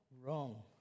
wrong